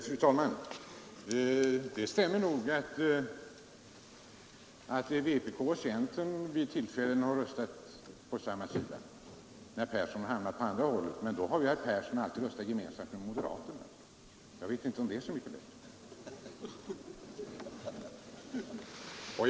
Fru talman! Det stämmer nog att vpk och centern vid några tillfällen har röstat på samma sida när herr Persson hamnat på den andra sidan. Men då har herr Persson alltid röstat gemensamt med moderaterna — jag vet inte om det är så mycket bättre!